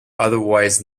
otherwise